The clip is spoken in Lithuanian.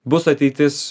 bus ateitis